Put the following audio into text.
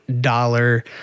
dollar